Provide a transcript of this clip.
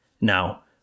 Now